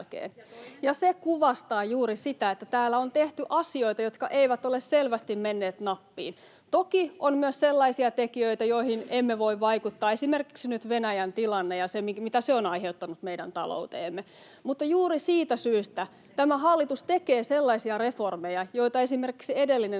se kuvastaa juuri sitä, että täällä on tehty asioita, jotka eivät ole selvästi menneet nappiin — toki on myös sellaisia tekijöitä, joihin emme voi vaikuttaa, esimerkiksi nyt Venäjän tilanne ja se, mitä se on aiheuttanut meidän talouteemme. Juuri siitä syystä tämä hallitus tekee sellaisia reformeja, joita esimerkiksi edellinen